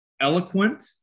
Eloquent